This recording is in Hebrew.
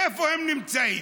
איפה הם נמצאים?